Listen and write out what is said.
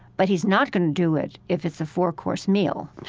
but he's not going to do it if it's a four-course meal.